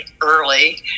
early